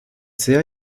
sehr